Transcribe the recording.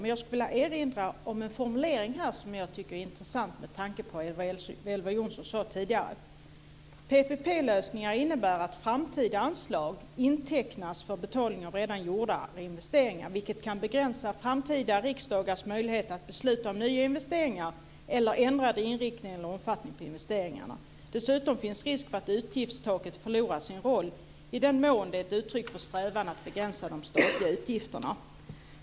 Men jag vill erinra om en formulering där som jag tycker är intressant med tanke på vad Elver Jonsson sade tidigare: "PPP-lösningar innebär att framtida anslag intecknas för betalning av redan gjorda investeringar, vilket kan begränsa framtida riksdagars möjlighet att besluta om nyinvesteringar eller ändra inriktning eller omfattning på investeringarna. Dessutom finns det risk för att utgiftstaket förlorar sin roll i den mån det är ett uttryck för strävan att begränsa de stora utgifterna."